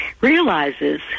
realizes